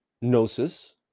gnosis